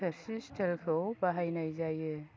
थोर्सि स्टिलखौ बाहायनाय जायो